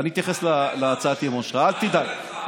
אתה הולך להתייחס לעניין או שאני אשתה קפה?